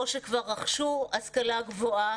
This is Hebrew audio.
או שכבר רכשו השכלה גבוהה.